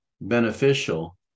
beneficial